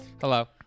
Hello